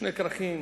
שני כרכים